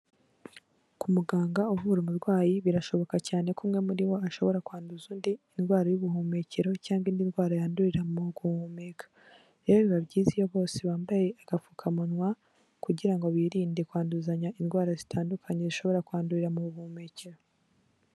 Ku muganga uvura umurwayi birashoboka cyane ko umwe muri bo ashobora kwanduza undi indwara y'ubuhumekero cyangwa indi ndwara yandurira mu guhumeka, rero biba byiza iyo bose bambaye agapfukamunwa kugira ngo birinde kwanduzanya indwara zitandukanye zishobora kwandurira mu buhumekero.